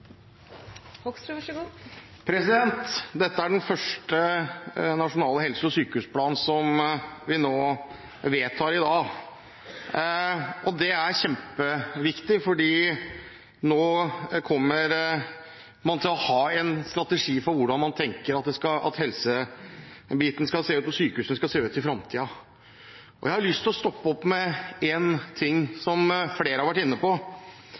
grunnet vær- og føreforhold. Det er utrolig viktig at vi klarer å se helheten, slik at også et fylke uten et universitetssykehus har gode tilbud. Dette er den første nasjonale helse- og sykehusplanen, som vi vedtar i dag. Det er kjempeviktig, for nå kommer man til å ha en strategi for hvordan man tenker seg at helsebiten skal se ut – hvordan sykehusene skal se ut i fremtiden. Jeg har lyst til å stoppe opp ved en ting